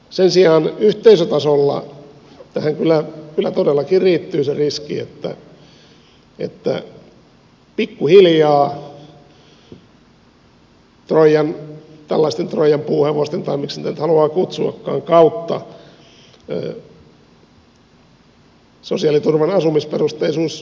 sen sijaan yhteisötasolla tähän kyllä todellakin liittyy se riski että pikkuhiljaa tällaisten troijan puuhevosten tai miksi niitä nyt haluaa kutsuakaan kautta sosiaaliturvan asumisperusteisuus murtuu